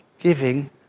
Giving